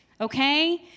okay